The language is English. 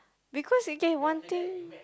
because we get wanting